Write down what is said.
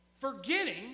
forgetting